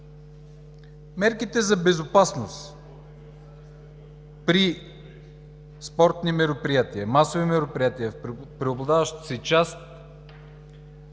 Мерките за безопасност при спортни мероприятия, масови мероприятия в преобладаващата си част